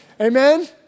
Amen